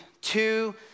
two